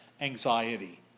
anxiety